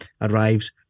Arrives